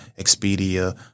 Expedia